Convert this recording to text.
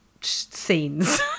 scenes